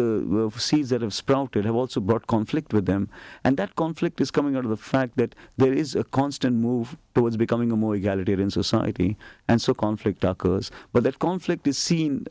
the seeds that have sprouted have also brought conflict with them and that conflict is coming out of the fact that there is a constant move towards becoming a more egalitarian society and so conflict occurs but that conflict is seen